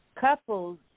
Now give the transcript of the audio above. Couples